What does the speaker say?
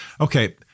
Okay